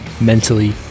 mentally